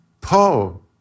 Paul